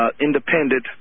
independent